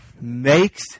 makes